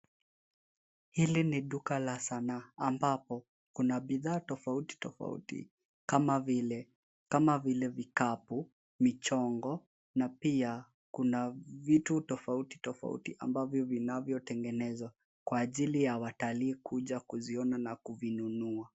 Hili ni duka la sanaa ambapo kuna bidhaa tofauti tofauti kama vile kama vile vikapu, michongo, na pia kuna vitu tofautitofauti ambavyo vinavyotengenezwa kwa ajili ya watalii kuja kuziona na kuvinunua.